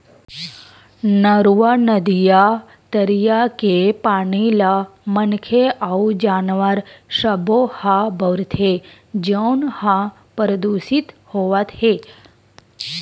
नरूवा, नदिया, तरिया के पानी ल मनखे अउ जानवर सब्बो ह बउरथे जउन ह परदूसित होवत हे